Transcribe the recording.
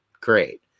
Great